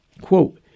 Quote